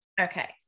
okay